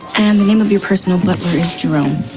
and the name of your personal butler is jerome.